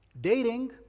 Dating